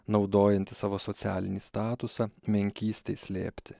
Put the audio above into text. naudojantis savo socialinį statusą menkystei slėpti